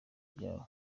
byabo